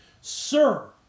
sir